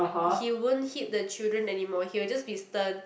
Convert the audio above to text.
he won't hit the children anymore he will just be stern